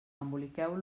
emboliqueu